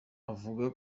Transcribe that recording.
avuga